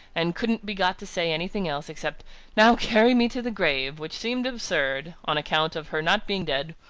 and couldn't be got to say anything else, except now carry me to the grave which seemed absurd, on account of her not being dead,